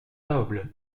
noble